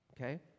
Okay